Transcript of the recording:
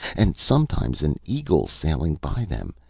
and sometimes an eagle sailing by them,